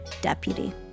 deputy